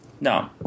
No